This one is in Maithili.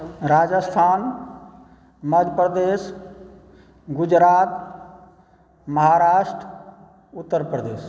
राजस्थान मध्यप्रदेश गुजरात महाराष्ट्र उत्तरप्रदेश